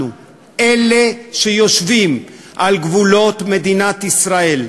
אנחנו, אלה שיושבים על גבולות מדינת ישראל,